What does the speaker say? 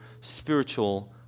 spiritual